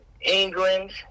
England